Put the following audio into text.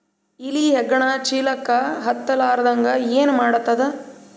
ಇಲಿ ಹೆಗ್ಗಣ ಚೀಲಕ್ಕ ಹತ್ತ ಲಾರದಂಗ ಏನ ಮಾಡದ?